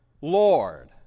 Lord